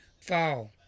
fall